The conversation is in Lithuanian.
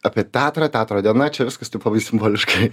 apie teatrą teatro diena čia viskas tik labai simboliškai